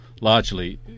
largely